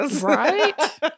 Right